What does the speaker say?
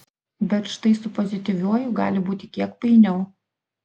bet štai su pozityviuoju gali būti kiek painiau